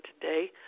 today